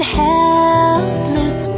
helpless